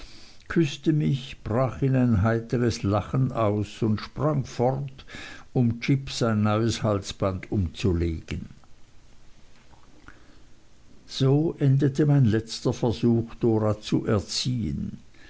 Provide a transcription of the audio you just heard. küßte mich brach in heiteres lachen aus und sprang fort um jip sein neues halsband umzulegen so endete mein letzter versuch dora zu erziehen